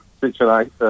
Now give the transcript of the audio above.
situation